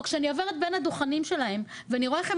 או כשאני עוברת בין הדוכנים שלהם ואני רואה איך הם